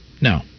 No